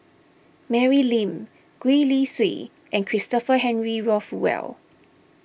Mary Lim Gwee Li Sui and Christopher Henry Rothwell